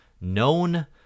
known